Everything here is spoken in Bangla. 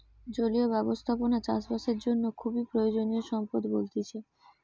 জলীয় ব্যবস্থাপনা চাষ বাসের জন্য খুবই প্রয়োজনীয় সম্পদ বলতিছে